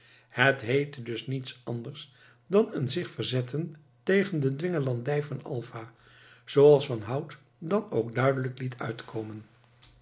het heette dus niets anders dan een zich verzetten tegen de dwingelandij van alva zooals van hout dan ook duidelijk liet uitkomen